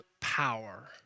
power